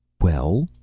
well?